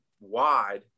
wide